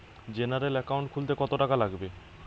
General account খুলতে কত টাকা লাগবে?